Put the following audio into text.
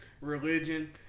religion